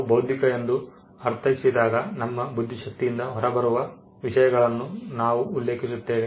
ನಾವು ಬೌದ್ಧಿಕ ಎಂದು ಅರ್ಥೈಸಿದಾಗ ನಮ್ಮ ಬುದ್ಧಿಶಕ್ತಿಯಿಂದ ಹೊರಬರುವ ವಿಷಯಗಳನ್ನು ನಾವು ಉಲ್ಲೇಖಿಸುತ್ತೇವೆ